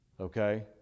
okay